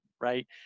right